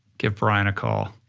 give bryan a call.